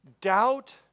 doubt